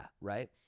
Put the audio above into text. right